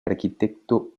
arquitecto